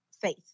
faith